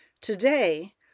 Today